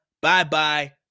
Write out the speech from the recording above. Bye-bye